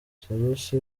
salusi